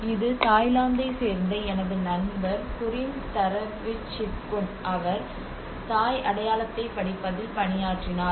இது தாய்லாந்தைச் சேர்ந்த எனது நண்பர் புரின் தரவிச்சிட்குன் அவர் தாய் அடையாளத்தைப் படிப்பதில் பணியாற்றினார்